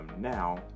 now